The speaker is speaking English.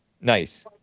Nice